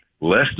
less